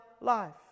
life